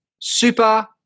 super